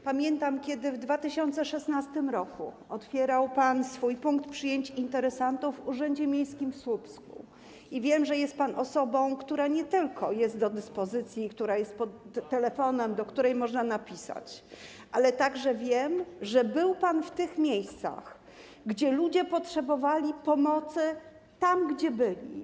Pamiętam, kiedy w 2016 r. otwierał pan swój punkt przyjęć interesantów w Urzędzie Miejskim w Słupsku, i wiem, że jest pan osobą, która nie tylko jest do dyspozycji i która jest pod telefonem, do której można napisać, ale także wiem, że był pan w tych miejscach, gdzie ludzie potrzebowali pomocy tam, gdzie byli.